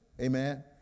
amen